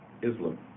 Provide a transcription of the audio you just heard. Islam